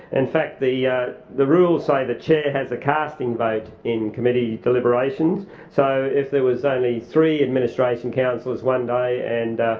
in fact, the the rules say the chair has the casting vote in committee deliberations so if there was only three administration councillors one day and